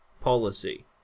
policy